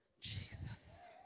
Jesus